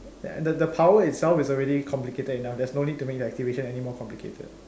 and the the power itself is already complicated enough there is no need to make your activation any more complicated